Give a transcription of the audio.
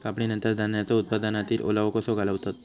कापणीनंतर धान्यांचो उत्पादनातील ओलावो कसो घालवतत?